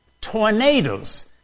Tornadoes